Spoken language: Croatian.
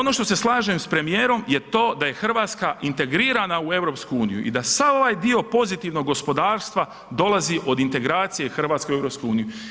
Ono što se slažem sa premijerom je to da je Hrvatska integrirana u EU i da sav ovaj dio pozitivnog gospodarstva dolazi od integracije Hrvatske u EU.